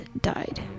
died